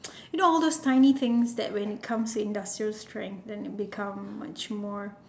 you know all those tiny things that when it comes to industrial strength then it become much more